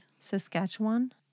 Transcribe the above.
Saskatchewan